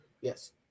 Yes